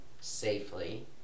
safely